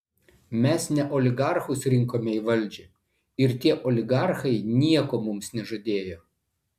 mes ne oligarchus rinkome į valdžią ir tie oligarchai nieko mums nežadėjo